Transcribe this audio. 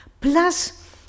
Plus